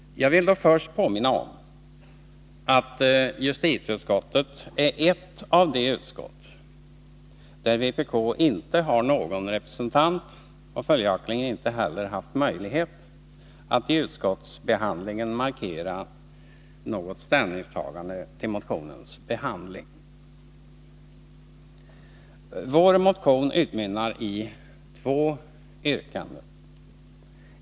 Jag vill då först påminna om att justitieutskottet är ett av de utskott där vpkinte har någon representant. Vi har följaktligen inte heller haft möjlighet att vid utskottsbehandlingen markera något ställningstagande när det gäller motionens behandling. Vår motion utmynnar i två yrkanden.